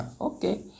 Okay